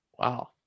Wow